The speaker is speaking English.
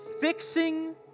fixing